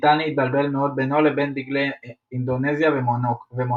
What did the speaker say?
ניתן להתבלבל מאוד בינו לבין דגלי אינדונזיה ומונקו.